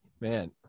Man